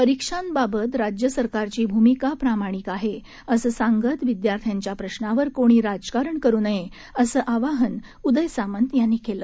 परीक्षांबाबत राज्य सरकारची भूमिका प्रामाणिक आहे असं सांगत विद्यार्थ्यांच्या प्रश्रावर कोणी राजकारण करू नये असं आवाहन उदय सामंत यांनी केलं